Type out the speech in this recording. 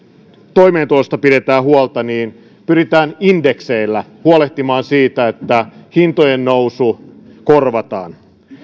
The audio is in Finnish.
toimeentulosta pidetään huolta niin pyritään indekseillä huolehtimaan siitä että hintojen nousu korvataan